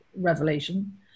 revelation